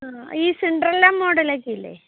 ആണോ ഈ Cinderella model ഒക്കെ ഇല്ലേ